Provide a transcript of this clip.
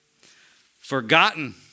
Forgotten